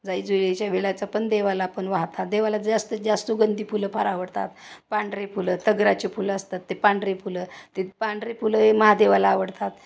जाई जुईच्या वेलाचं पण देवाला पण वाहतात देवाला जास्तीत जास्त सुगंधी फुलं फार आवडतात पांढरे फुलं तगराचे फुलं असतात ते पांढरे फुलं ते पांढरे फुलं हे महादेवाला आवडतात